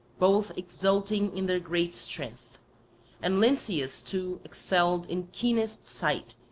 both exulting in their great strength and lynceus too excelled in keenest sight,